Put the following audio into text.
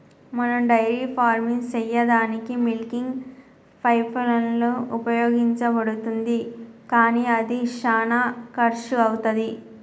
మనం dairy farming సెయ్యదానికీ milking pipeline ఉపయోగించబడుతుంది కానీ అది శానా కర్శు అవుతది